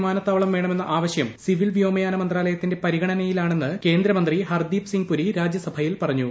വിമാനത്താവളം വേണമെന്നു ആവശ്യം സിവിൽ വ്യോമയാന മന്ത്രാലയത്തിന്റെ പരിഗണ്ടന്ന്യിലാണെന്ന് കേന്ദ്രമന്ത്രി ഹർദീപ് സിംഗ് പുരി രാജ്യസുഭയിൽ പറഞ്ഞു